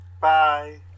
Bye